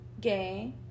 gay